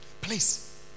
Please